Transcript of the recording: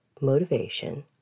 motivation